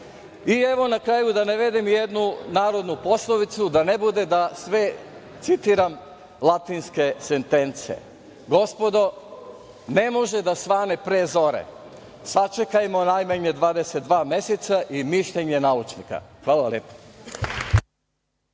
Srbiji. Na kraju da navedem jednu narodnu poslovicu, da ne bude da sve citiram latinske sentence, gospodo, ne može da svane pre zore. Sačekajmo najmanje 22 meseca i mišljenja naučnika. Hvala lepo.